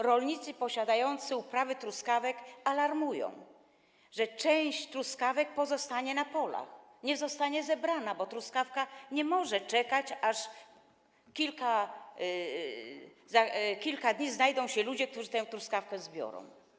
Rolnicy posiadający uprawy truskawek alarmują, że część truskawek pozostanie na polach, nie zostanie zebrana, bo truskawka nie może czekać kilka dni, aż znajdą się ludzie, którzy tę truskawkę zbiorą.